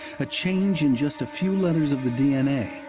a change in just a few letters of the d n a,